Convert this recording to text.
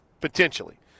potentially